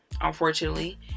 unfortunately